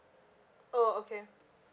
oh okay